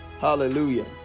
Hallelujah